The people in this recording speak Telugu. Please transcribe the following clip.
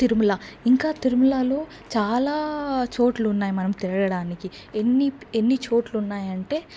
తిరుమల ఇంకా తిరుమలలో చాలా చోట్లు ఉన్నాయి మనం తిరగడానికి ఎన్ని ఎన్ని చోట్లున్నాయంటే అక్కడ